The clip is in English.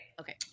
Okay